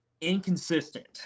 Inconsistent